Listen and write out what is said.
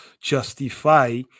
justify